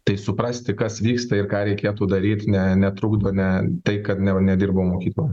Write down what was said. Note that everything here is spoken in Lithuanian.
tai suprasti kas vyksta ir ką reikėtų daryt ne netrukdo ne tai kad nedirbau mokykloj